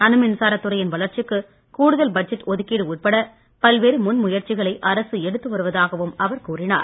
அணுமின்சாரத் துறையின் வளர்ச்சிக்கு கூடுதல் பட்ஜெட் ஒதுக்கீடு உட்பட பல்வேறு முன்முயற்சிகளை அரசு எடுத்துவருவதாகவும் அவர் கூறினார்